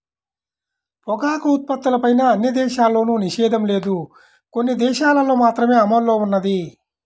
పొగాకు ఉత్పత్తులపైన అన్ని దేశాల్లోనూ నిషేధం లేదు, కొన్ని దేశాలల్లో మాత్రమే అమల్లో ఉన్నది